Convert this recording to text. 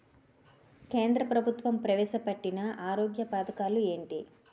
కేంద్ర ప్రభుత్వం ప్రవేశ పెట్టిన ఆరోగ్య పథకాలు ఎంటి?